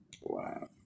Wow